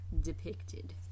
depicted